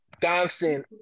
Dancing